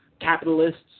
capitalists